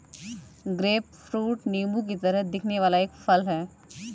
grapefruit नींबू की तरह दिखने वाला एक फल है